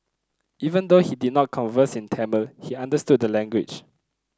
even though he did not converse in Tamil he understood the language